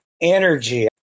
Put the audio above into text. energy